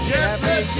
Jeffrey